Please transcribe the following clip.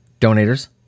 donators